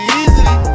easily